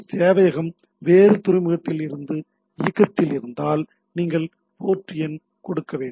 சேவையகம் வேறு சில துறைமுகத்தில் இயக்கத்தில் இருந்தால் நீங்கள் போர்ட் எண் கொடுக்க வேண்டும்